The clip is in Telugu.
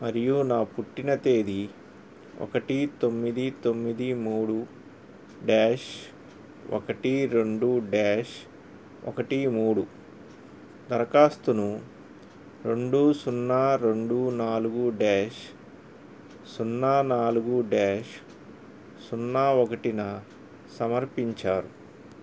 మరియు నా పుట్టిన తేదీ ఒకటి తొమ్మిది తొమ్మిది మూడు డ్యాష్ ఒకటి రెండు డ్యాష్ ఒకటి మూడు దరఖాస్తును రెండు సున్నారెండు నాలుగు డ్యాష్ సున్నా నాలుగు డ్యాష్ సున్నా ఒకటిన సమర్పించారు